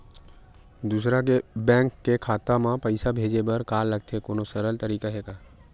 दूसरा बैंक के खाता मा पईसा भेजे बर का लगथे कोनो सरल तरीका हे का?